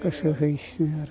गोसो होसिनो आरो